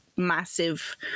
massive